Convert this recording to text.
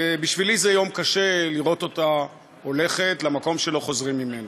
ובשבילי זה יום קשה לראות אותה הולכת למקום שלא חוזרים ממנו.